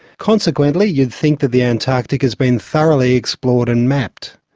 consequently, you'd think the the antarctic has been thoroughly explored and mapped.